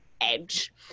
edge